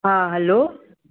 हा हलो